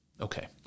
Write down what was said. Okay